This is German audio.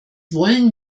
wollen